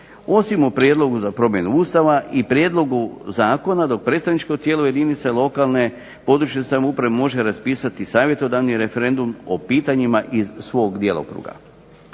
osim o prijedlogu za promjenu ustava i prijedlogu Zakona dok predstavničko tijelo jedinice lokalne, područne samouprave može raspisati savjetodavni referendum o pitanjima iz svog djelokruga.